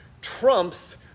trumps